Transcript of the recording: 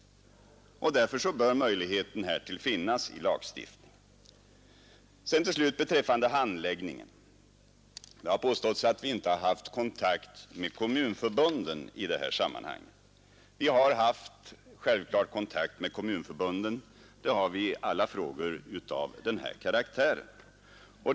Därför bör möjlighet härtill finnas i lagstiftningen. Vad till slut handläggningen beträffar har det påståtts att vi inte haft kontakt med kommunförbunden i detta sammanhang. Vi har självklart haft kontakt med kommunförbunden. Det har vi i alla frågor av denna karaktär.